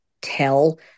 Tell